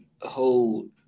hold